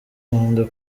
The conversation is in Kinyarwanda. nkunda